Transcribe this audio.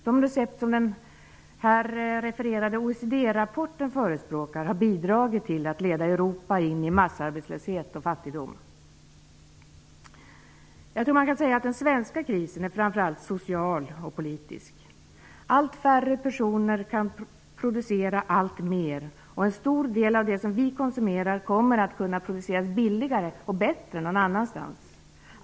De recept som den här refererade OECD-rapporten förespråkar har bidragit till att leda Europa in i massarbetslöshet och fattigdom. Jag tror att man kan säga att den svenska krisen framför allt är social och politisk. Allt färre personer kan producera alltmer, och en stor del av det som vi konsumerar kommer att kunna produceras billigare och bättre någon annanstans.